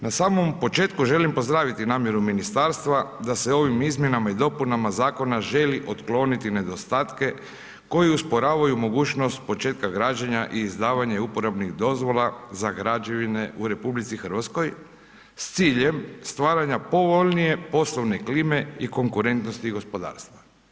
Na samom početku želim pozdraviti namjeru ministarstva da se ovim izmjenama i dopuna zakona, želi otkloniti nedostatke, koji usporavaju mogućnost početka građenje i izdavanje uporabnih dozvola za građevina u RH, s ciljem stvaranja povoljnije, poslovne klime i konkurentnosti gospodarstva.